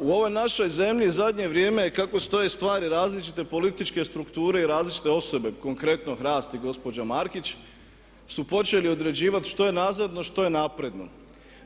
U ovoj našoj zemlji zadnje vrijeme kako stoje stvari različite političke strukture i različite osobe konkretno HRAST i gospođa Markić su počeli određivati što je nadzorno, što je napredno,